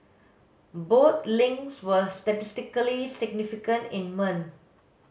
both links were statistically significant in men